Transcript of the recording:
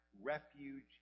refuge